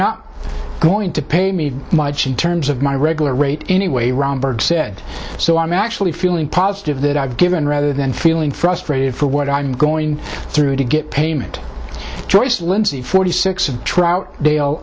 not going to pay me much in terms of my regular rate any way round burke said so i'm actually feeling positive that i've given rather than feeling frustrated for what i'm going through to get payment joyce lindsey forty six of troutdale